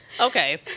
Okay